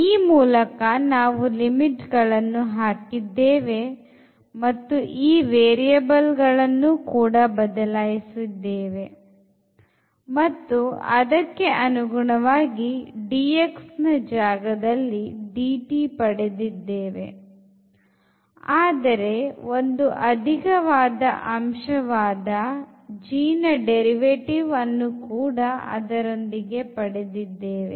ಈ ಮೂಲಕ ನಾವು ಲಿಮಿಟ್ ಗಳನ್ನು ಹಾಕಿದ್ದೇವೆ ಮತ್ತು ಈ ವೇರಿಯಬಲ್ ಗಳನ್ನು ಕೂಡ ಬದಲಾಯಿಸಿದ್ದೇವೆ ಮತ್ತು ಅದಕ್ಕನುಗುಣವಾಗಿ dx ಜಾಗದಲ್ಲಿ ಅನ್ನು dt ಪಡೆದಿದ್ದೇವೆ ಆದರೆ ಒಂದು ಅಧಿಕವಾದ ಅಂಶವಾದ g ನ derivative ಅನ್ನು ಕೂಡ ಅದರೊಂದಿಗೆ ಪಡೆದಿದ್ದೇವೆ